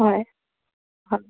হয় হয়